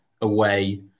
away